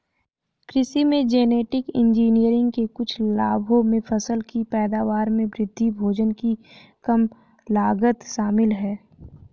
कृषि में genetic engineering के कुछ लाभों में फसल की पैदावार में वृद्धि, भोजन की कम लागत शामिल हैं